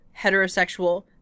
heterosexual